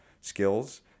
skills